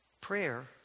Prayer